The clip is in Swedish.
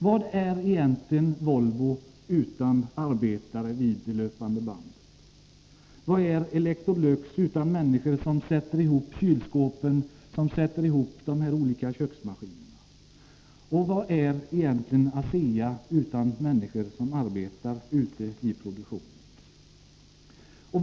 Vad är egentligen Volvo utan arbetare vid det löpande bandet? Vad är Electrolux utan människor som sätter ihop kylskåpen och de olika köksmaskinerna, och vad är egentligen ASEA utan människor som arbetar ute i produktionen?